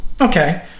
Okay